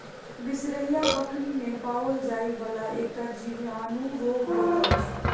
बिसरहिया बकरी मे पाओल जाइ वला एकटा जीवाणु रोग होइत अछि